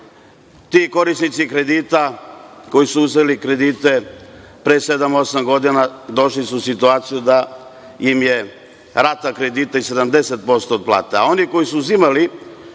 korisnici kredita koji su uzeli kredite pre sedam-osam godina došli su u situaciju da im je rata kredita i 70% od plate,